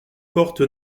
porte